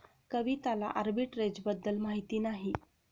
कविताला आर्बिट्रेजबद्दल माहिती नाही